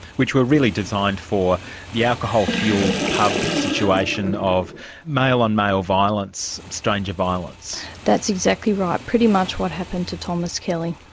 which were really designed for the alcohol-fuelled pub situation of male-on-male violence, stranger violence. that's exactly right. ah pretty much what happened to thomas kelly.